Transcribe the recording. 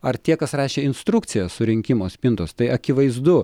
ar tie kas rašė instrukciją surinkimo spintos tai akivaizdu